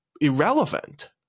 irrelevant